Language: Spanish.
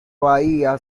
bahía